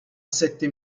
sette